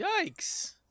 Yikes